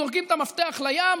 זורקים את המפתח לים.